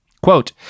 Quote